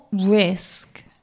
risk